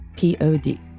Pod